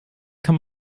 kann